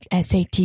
SAT